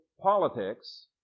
politics